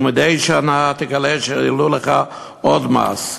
ומדי שנה תגלה שהעלו לך עוד מס.